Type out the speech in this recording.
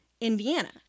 Indiana